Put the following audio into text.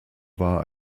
war